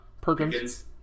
Perkins